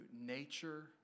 nature